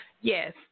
Yes